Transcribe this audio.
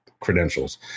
credentials